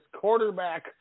quarterback